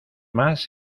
más